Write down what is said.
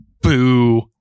Boo